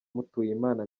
mutuyimana